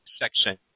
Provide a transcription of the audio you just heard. section